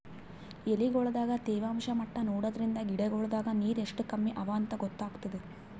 ಎಲಿಗೊಳ್ ದಾಗ ತೇವಾಂಷ್ ಮಟ್ಟಾ ನೋಡದ್ರಿನ್ದ ಗಿಡಗೋಳ್ ದಾಗ ನೀರ್ ಎಷ್ಟ್ ಕಮ್ಮಿ ಅವಾಂತ್ ಗೊತ್ತಾಗ್ತದ